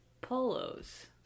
Polos